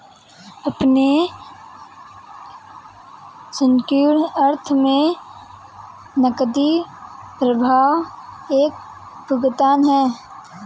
अपने संकीर्ण अर्थ में नकदी प्रवाह एक भुगतान है